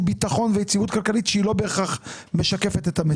ביטחון ויציבות כלכלית שהיא לא בהכרח משקפת את המציאות.